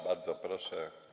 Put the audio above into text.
Bardzo proszę.